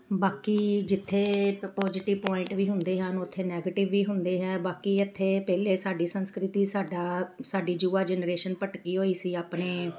ਬਾਕੀ ਜਿੱਥੇ positive point ਵੀ ਹੁੰਦੇ ਹਨ ਉੱਥੇ ਨੈਗੇਟਿਵ ਵੀ ਹੁੰਦੇ ਹੈ ਬਾਕੀ ਇੱਥੇ ਪਹਿਲੇ ਸਾਡੀ ਸੰਸਕ੍ਰਿਤੀ ਸਾਡਾ ਸਾਡੀ ਯੁਵਾ ਜਨਰੇਸ਼ਨ ਭਟਕੀ ਹੋਈ ਸੀ ਆਪਣੇ